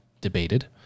debated